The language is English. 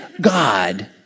God